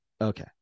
Okay